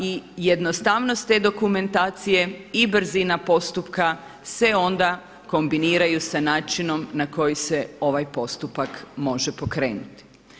I jednostavnost te dokumentacije i brzina postupka se onda kombiniraju sa načinom kojim se ovaj postupak može pokrenuti.